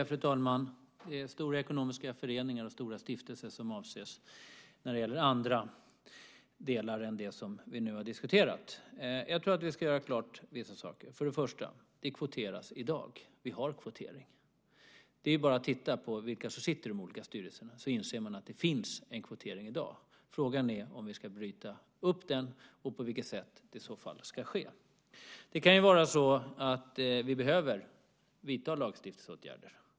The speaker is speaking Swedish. Fru talman! Det är stora ekonomiska föreningar och stora stiftelser som avses när det gäller andra delar än dem som vi nu har diskuterat. Jag tror att vi ska göra klart vissa saker. För det första: Det kvoteras i dag. Vi har kvotering. Det är ju bara att titta på vilka som sitter i de olika styrelserna så inser man att det finns en kvotering i dag. Frågan är om vi ska bryta upp den och på vilket sätt det i så fall ska ske. Det kan ju vara så att vi behöver genomföra lagstiftningsåtgärder.